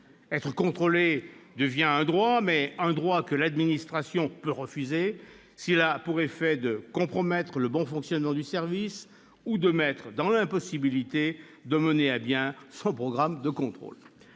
Être contrôlé devient un droit, mais un droit que l'administration peut refuser s'il a pour effet de « compromettre le bon fonctionnement du service ou de mettre l'administration dans l'impossibilité de mener à bien son programme de contrôle.